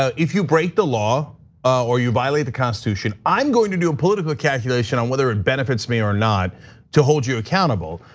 ah if you break the law or you violate the constitution, i'm going to do a political calculation on whether it benefits me or not to hold you accountable.